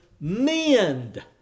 mend